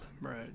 right